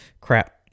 Crap